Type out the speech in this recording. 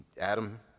Adam